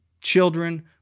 children